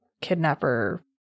kidnapper